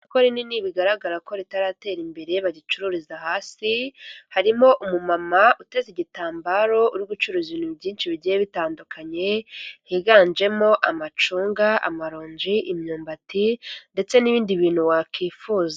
Isoko rinini bigaragara ko ritaratera imbere bagicururiza hasi harimo umu mama uteze igitambaro uri gucuruza ibintu byinshi bigiye bitandukanye higanjemo amacunga, amaronji, imyumbati ndetse n'ibindi bintu wakwifuza.